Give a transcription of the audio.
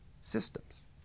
systems